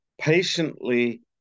patiently